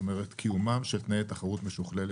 זאת אומרת, קיומם של תנאי תחרות משוכללת.